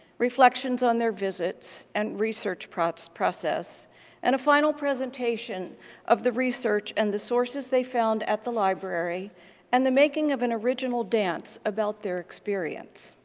reflections on their visits, and research process process and a final presentation of the research and the sources they found at the library and the making of an original dance about their experience.